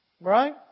Right